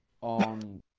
on